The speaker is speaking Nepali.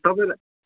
तपाईँलाई